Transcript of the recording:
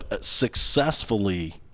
successfully